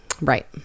right